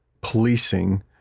policing